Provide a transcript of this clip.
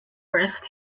rest